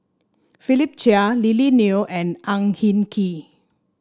Philip Chia Lily Neo and Ang Hin Kee